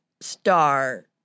star